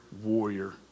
warrior